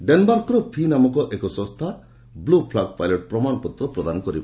ଡେନମାର୍କର 'ଫି' ନାମକ ଏକ ସଂସ୍ଥା ବ୍କୁ ଫ୍ଲାଗ ପାଇଲଟ ପ୍ରମାଶପତ୍ର ପ୍ରଦାନ କରିବ